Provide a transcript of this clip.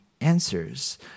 answers